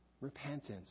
repentance